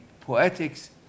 poetics